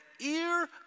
ear